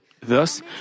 Thus